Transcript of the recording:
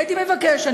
הייתי מבקש.